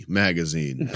magazine